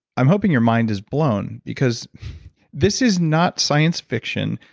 i'm hoping your mind is blown, because this is not science fiction.